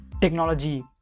technology